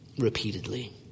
Repeatedly